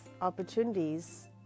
opportunities